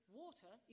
water